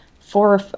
four